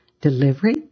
Delivery